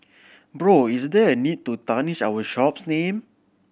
bro is there a need to tarnish our shop's name